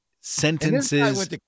sentences